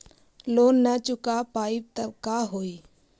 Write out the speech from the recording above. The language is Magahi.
लोन न चुका पाई तब का होई?